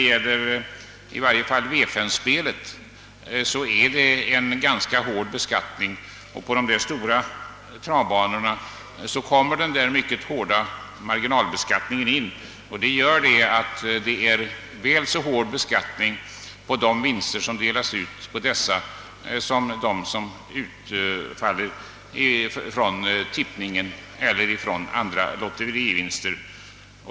I varje fall V 5-spelet är ganska hårt beskattat och på de stora travbanorna tillkommer den mycket hårda marginalbeskattningen, vilket gör att de vinster som delas ut i detta sammanhang beskattas väl så hårt som de vilka utfaller på tips eller på andra lotterier.